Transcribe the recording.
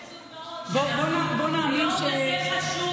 עצוב מאוד שביום כזה חשוב,